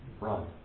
Run